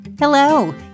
Hello